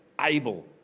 able